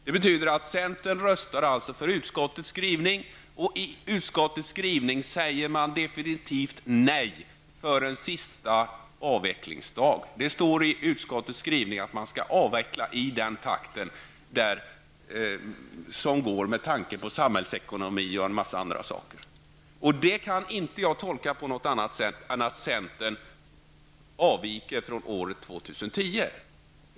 Det betyder att centern röstade för utskottets skrivning, och i utskottets skrivning säger man definitivt nej till en sista avvecklingsdag. Det står i utskottets skrivning att man skall avveckla i den takt som är möjligt med tanke på samhällsekonomi och en massa andra saker. Jag kan inte tolka det på något annat sätt än att centern avviker från år 2010.